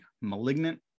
Malignant